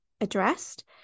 addressed